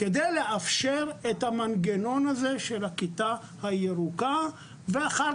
זאת כדי לאפשר את המנגנון הזה של הכיתה הירוקה ואחר